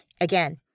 Again